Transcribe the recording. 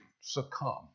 succumb